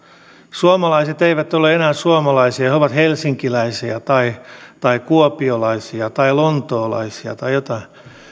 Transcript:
suomalaiset eivät ole enää suomalaisia he ovat helsinkiläisiä tai tai kuopiolaisia tai lontoolaisia tai jotain